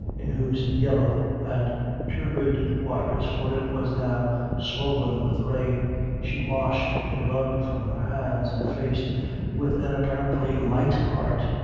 in whose yellow and turbid waters for it was now swollen with rain she washed the blood from her hands and face with an apparently light heart.